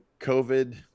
COVID